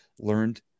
learned